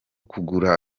kugura